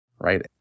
right